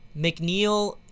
McNeil